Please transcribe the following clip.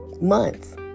months